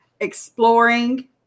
Exploring